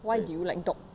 why do you like dog